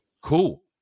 cool